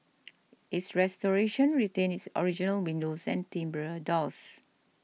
its restoration retained its original windows and timbre doors